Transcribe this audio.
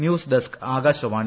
news desk Akashvani